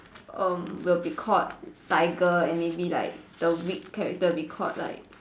um will be called tiger and maybe like the weak character will be called like